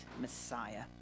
Messiah